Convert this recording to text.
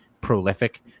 prolific